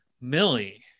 millie